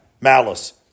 malice